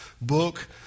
book